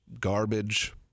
garbage